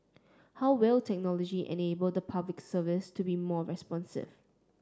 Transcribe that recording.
how will technology enable the Public Service to be more responsive